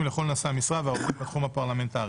לכל נושאי המשרה והעובדים בתחום הפרלמנטרי.